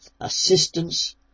assistance